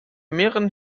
mehreren